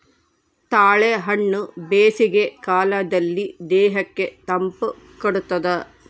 ತಾಳೆಹಣ್ಣು ಬೇಸಿಗೆ ಕಾಲದಲ್ಲಿ ದೇಹಕ್ಕೆ ತಂಪು ಕೊಡ್ತಾದ